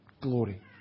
glory